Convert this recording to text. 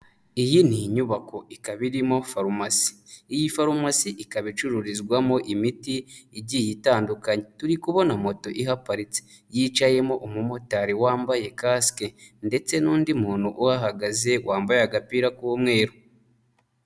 Iyi ni inyubako ikaba irimo farumasi, iyi farumasi ikaba icururizwamo imiti igiye itandukanye, turi kubona moto ihaparitse yicayemo umumotari wambaye kasike ndetse n'undi muntu uhahagaze wambaye agapira k'umweru.